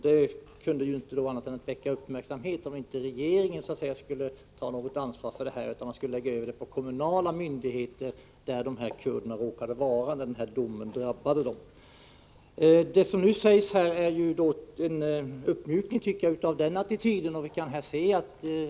Det kunde inte annat än väcka uppmärksamhet om inte regeringen skulle ta något ansvar för detta utan lägga över ansvaret på de kommunala myndigheterna i den kommun där kurderna råkade vara när domen drabbade dem. Det som nu sägs här tycker jag är en uppmjukning av den attityden.